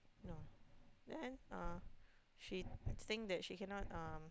no then uh she think that she cannot um